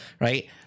right